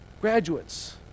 Graduates